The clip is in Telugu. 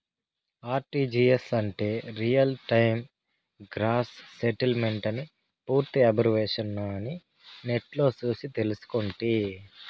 ఆర్టీజీయస్ అంటే రియల్ టైమ్ గ్రాస్ సెటిల్మెంటని పూర్తి ఎబ్రివేషను అని నెట్లో సూసి తెల్సుకుంటి